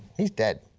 he is dead.